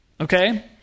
okay